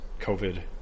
COVID